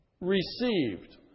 received